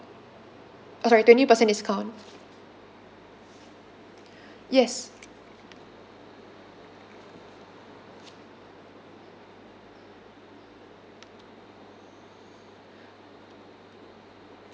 oh sorry twenty percent discount yes